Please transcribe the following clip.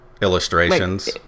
Illustrations